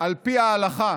על פי ההלכה.